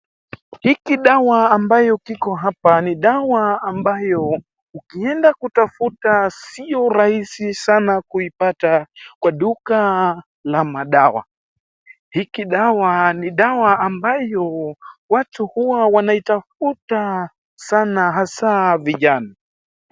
Hiki dawa ambayo kiko hapa ni dawa ambayo ukienda kuitafuta sio rahisi sana kuipata kwa duka la madawa. Hiki dawa ni dawa ambayo watu huwa wanaitafuita sana hasa vijana.